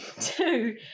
two